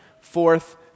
Fourth